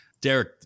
Derek